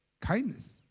kindness